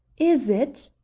is it?